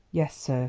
yes, sir.